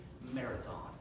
marathon